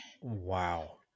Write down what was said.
Wow